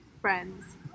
friends